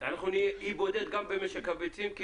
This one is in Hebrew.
אנחנו נהיה אי בודד גם במשק הביצים.